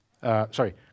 Sorry